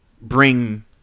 bring